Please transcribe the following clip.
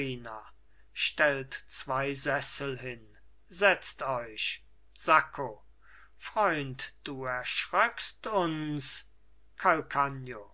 stellt zwei sessel hin setzt euch sacco freund du erschröckst uns